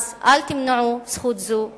אז אל תמנעו זכות זו מהם.